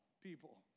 people